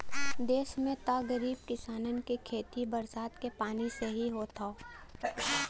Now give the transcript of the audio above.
देस में त गरीब किसानन के खेती बरसात के पानी से ही होत हौ